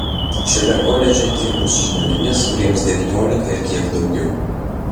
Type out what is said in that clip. šiame koledže dirbu su žmonėmis kuriems devyniolika ir kiek daugiau